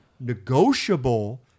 negotiable